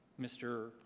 Mr